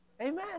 Amen